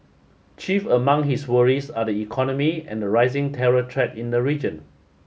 chief among his worries are the economy and the rising terror threat in the region